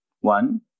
one